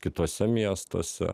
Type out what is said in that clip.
kituose miestuose